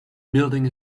building